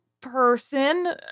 person